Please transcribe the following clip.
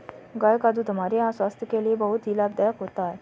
गाय का दूध हमारे स्वास्थ्य के लिए बहुत ही लाभदायक होता है